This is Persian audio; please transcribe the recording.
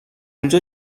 اونجا